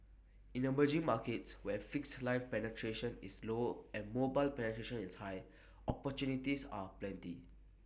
in emerging markets where fixed line penetration is low and mobile penetration is high opportunities are plenty